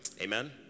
Amen